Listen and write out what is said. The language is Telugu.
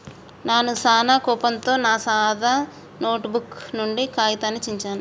నాను సానా కోపంతో నా సాదా నోటుబుక్ నుండి కాగితాన్ని చించాను